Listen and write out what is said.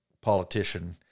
politician